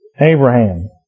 Abraham